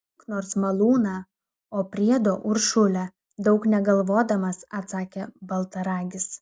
imk nors malūną o priedo uršulę daug negalvodamas atsakė baltaragis